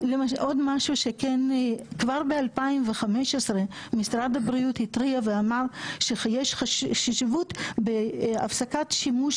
--- כבר ב-2015 משרד הבריאות התריע ואמר שיש חשיבת בהפסקת שימוש